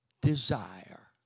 desire